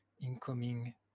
incoming